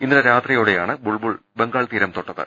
ഇന്നലെ രാത്രിയോടെയാണ് ബുൾബുൾ ബംഗാൾ തീരം തൊട്ട ത്